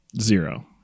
Zero